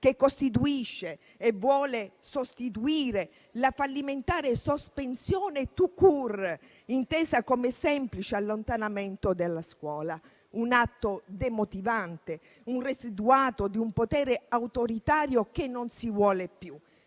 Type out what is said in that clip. disegno di legge che vuole sostituire la fallimentare sospensione *tout-court*, intesa come semplice allontanamento dalla scuola, un atto demotivante, un residuato di un potere autoritario che non si vuole più.